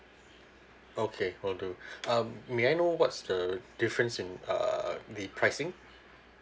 okay will do um may I know what's the difference in uh the pricing